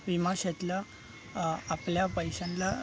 विमा क्षेत्रं आपल्या पैशांला